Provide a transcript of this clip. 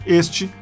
este